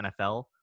NFL